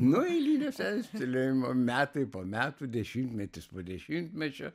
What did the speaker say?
nu eilinio senstelėjimo metai po metų dešimtmetis po dešimtmečio